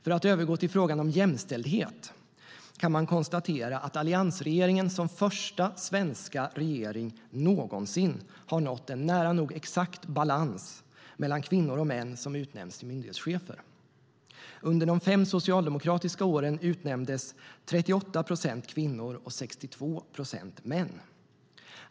För att övergå till frågan om jämställdhet kan det konstateras att alliansregeringen är den första svenska regering som någonsin har nått nära nog exakt balans mellan kvinnor och män som utnämns till myndighetschefer. Under de fem socialdemokratiska åren utnämndes 38 procent kvinnor och 62 procent män.